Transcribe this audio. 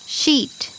sheet